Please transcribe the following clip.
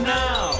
now